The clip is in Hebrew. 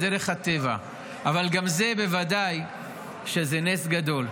זה דרך הטבע, אבל גם זה בוודאי שזה נס גדול,